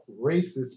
racist